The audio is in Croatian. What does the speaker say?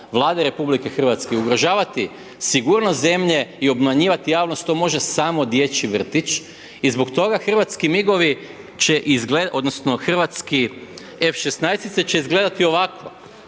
Vlade RH, ugrožavati sigurnost zemlje i obmanjivati javnost, to može samo dječji vrtić i zbog toga hrvatski MIG-ovi će odnosno